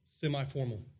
semi-formal